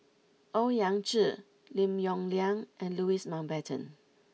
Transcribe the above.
Owyang Chi Lim Yong Liang and Louis Mountbatten